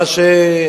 מה,